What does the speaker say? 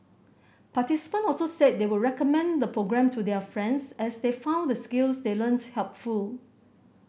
participant also said they would recommend the programme to their friends as they found the skills they learnt helpful